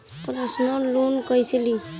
Personal loan कैसे ली?